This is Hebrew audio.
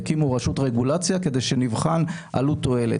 הקימו רשות רגולציה כדי שנבחן עלות/תועלת,